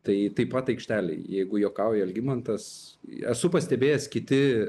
tai taip pat aikštelėj jeigu juokauja algimantas esu pastebėjęs kiti